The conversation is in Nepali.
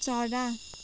चरा